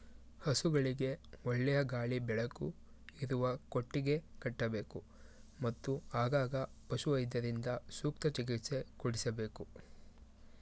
ಹಸುಗಳಿಗೆ ಒಳ್ಳೆಯ ಗಾಳಿ ಬೆಳಕು ಇರುವ ಕೊಟ್ಟಿಗೆ ಕಟ್ಟಬೇಕು, ಮತ್ತು ಆಗಾಗ ಪಶುವೈದ್ಯರಿಂದ ಸೂಕ್ತ ಚಿಕಿತ್ಸೆ ಕೊಡಿಸಬೇಕು